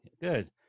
Good